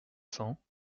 cents